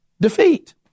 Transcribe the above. Defeat